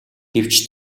гэвч